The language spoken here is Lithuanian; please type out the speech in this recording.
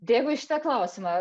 dėkui už šitą klausimą